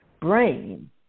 brain